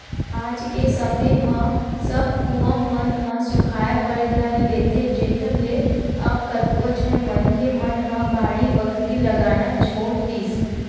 आज के समे म सब कुँआ मन ह सुखाय बर धर लेथे जेखर ले अब कतको झन मनखे मन ह बाड़ी बखरी लगाना छोड़ दिस